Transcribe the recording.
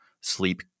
sleep